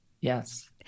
Yes